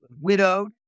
widowed